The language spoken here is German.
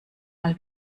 mal